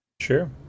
Sure